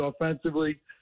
offensively